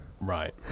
Right